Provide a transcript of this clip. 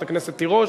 רק תשתדלו להיות